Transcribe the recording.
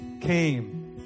came